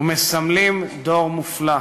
ומסמלים דור מופלא.